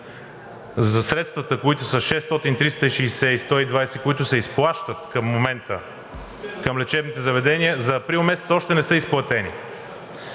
за средствата, които са 600 лв., 360 лв. и 120 лв., които се изплащат към момента към лечебните заведения, за април месец още не са изплатени.